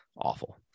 awful